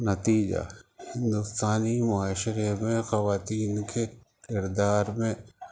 نتیجہ ہندوستانی معاشرے میں خواتین کے کردار میں